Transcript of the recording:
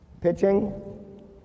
pitching